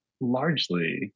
largely